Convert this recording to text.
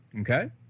okay